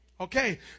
Okay